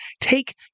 take